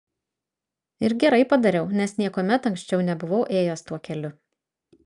ir gerai padariau nes niekuomet anksčiau nebuvau ėjęs tuo keliu